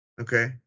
okay